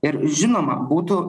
ir žinoma būtų